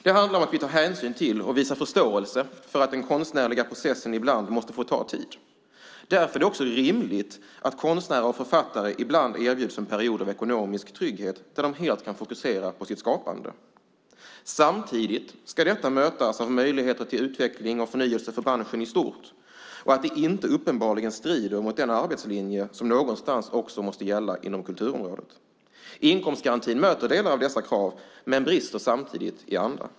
Det handlar om att vi tar hänsyn till och visar förståelse för att den konstnärliga processen ibland måste få ta tid. Därför är det också rimligt att konstnärer och författare ibland erbjuds en period av ekonomisk trygghet där de helt kan fokusera på sitt skapande. Samtidigt ska detta mötas av möjligheter till utveckling och förnyelse för branschen i stort och att det inte uppenbarligen strider mot den arbetslinje som någonstans också måste gälla inom kulturområdet. Inkomstgarantin möter delar av dessa krav men brister samtidigt i fråga om andra.